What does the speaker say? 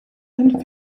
and